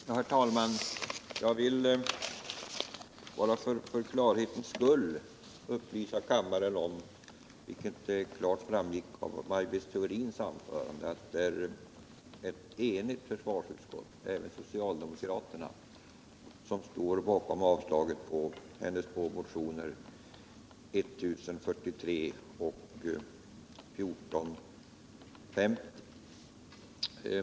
Herr talman! Jag vill bara för klarhetens skull upplysa kammaren om, vilket inte klart framgick av Maj Brit: Theorins anförande, att det är ett enigt försvarsutskott — alltså även socialdemokraterna — som står bakom avstyrkandet av hennes två motioner 1043 och 1450.